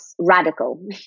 radical